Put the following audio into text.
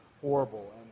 horrible